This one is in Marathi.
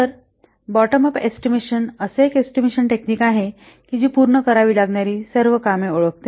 तर बॉटम अप एस्टीमेशन एक असे एस्टिमेशन टेक्निक आहे जी पूर्ण करावी लागणारी सर्व कामे ओळखते